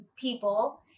people